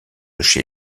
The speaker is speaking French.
chez